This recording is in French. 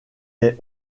est